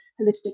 holistic